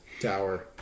tower